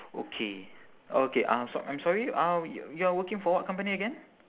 okay okay uh s~ I'm sorry uh y~ you are working for what company again